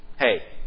Hey